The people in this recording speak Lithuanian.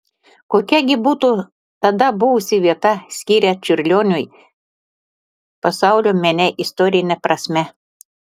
kokia gi būtų tada buvusi vieta skiria čiurlioniui pasaulio mene istorine prasme